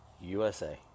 USA